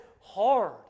hard